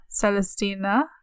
Celestina